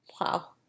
wow